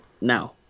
now